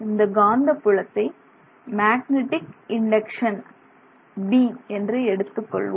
இந்த காந்தப்புலத்தை magnetic induction 'B' என்று எடுத்துக்கொள்வோம்